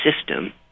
system